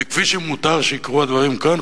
וכפי שמותר שיקרו הדברים כאן,